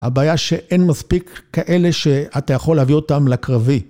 הבעיה שאין מספיק כאלה שאתה יכול להביא אותם לקרבי.